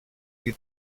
you